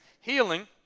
healing